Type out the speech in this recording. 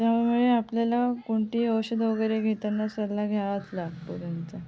त्यामुळे आपल्याला कोणतीही औषधं वगैरे घेताना सल्ला घ्यावाच लागतो त्यांचा